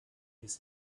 his